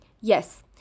Yes